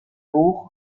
buch